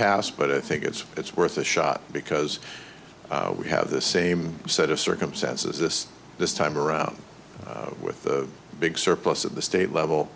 pass but i think it's it's worth a shot because we have the same set of circumstances this this time around with the big surplus at the state level